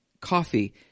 coffee